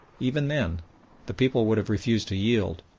even then the people would have refused to yield,